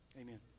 amen